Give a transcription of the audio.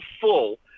full